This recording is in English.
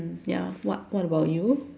ya what what about you